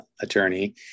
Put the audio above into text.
attorney